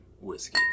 whiskey